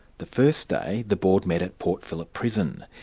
the first day the board met at port phillip prison.